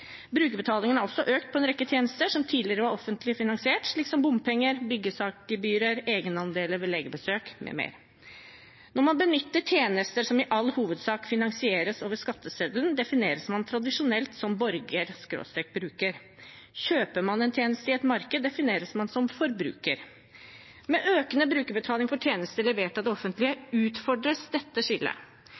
Brukerbetalingen har også økt på en rekke tjenester som tidligere var offentlig finansiert, som bompenger, byggesaksgebyrer, egenandeler ved legebesøk, m.m. Når man benytter tjenester som i all hovedsak finansieres over skatteseddelen, defineres man tradisjonelt som borger/bruker. Kjøper man en tjeneste i et marked, defineres man som forbruker. Med økende brukerbetaling for tjenester levert av det offentlige utfordres dette skillet.